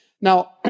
Now